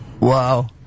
Wow